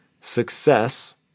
Success